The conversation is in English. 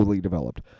developed